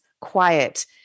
quiet